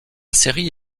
série